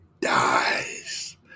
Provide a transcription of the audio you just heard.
dies